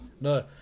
No